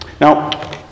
Now